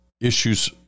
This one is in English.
issues